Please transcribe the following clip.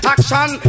Action